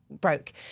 broke